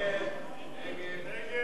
ההצעה להסיר מסדר-היום